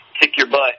kick-your-butt